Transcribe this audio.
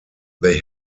they